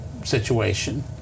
Situation